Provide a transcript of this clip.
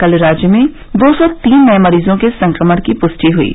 कल राज्य में दो सौ तीन नए मरीजों में संक्रमण की पुष्टि हयी